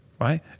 right